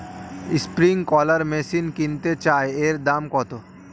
Sprinkler machine কিনতে চাই এর দাম কত?